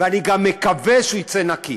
ואני גם מקווה שהוא יצא נקי.